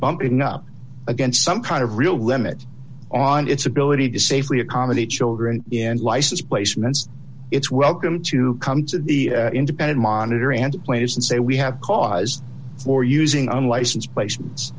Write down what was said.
bumping up against some kind of real limit on its ability to safely a comedy children and license placements it's welcome to come to the independent monitor and players and say we have cause for using unlicensed placements